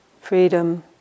freedom